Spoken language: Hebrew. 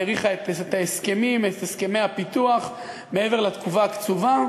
האריכה את הסכמי הפיתוח מעבר לתקופה הקצובה,